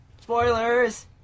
Spoilers